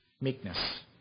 Meekness